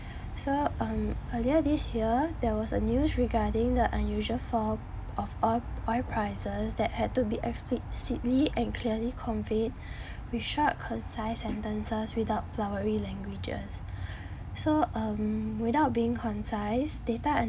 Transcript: so um earlier this year there was a news regarding the unusual fall of oil oil prices that had to be explicitly and clearly conveyed with short concise sentences without flowery languages so um without being concise data and